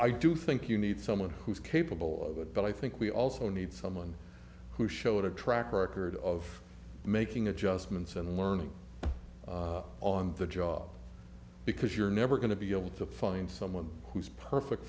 i do think you need someone who's capable of it but i think we also need someone who showed a track record of making adjustments and learning on the job because you're never going to be able to find someone who's perfect